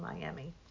Miami